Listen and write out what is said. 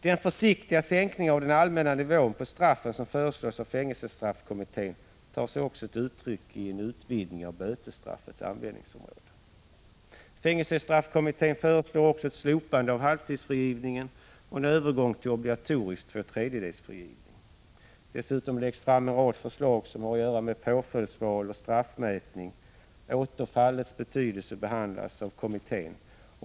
Den försiktiga sänkningen av den allmänna nivån på straffen som föreslås av fängelsestraffkommittén tar sig också uttryck i en utvidgning av bötesstraffets användningsområde. Fängelsestraffkommittén föreslår också slopande av halvtidsfrigivningen och övergång till obligatorisk två tredjedels frigivning. Dessutom framläggs en rad förslag om påföljdsval och straffmätning. Återfallets betydelse behandlas också av kommittén.